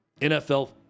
NFL